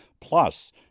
Plus